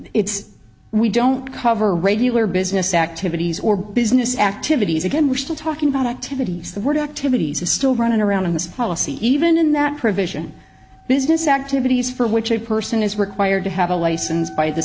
it's we don't cover regular business activities or business activities again we're still talking about activities the word activities is still running around in this policy even in that provision business activities for which a person is required to have a license by the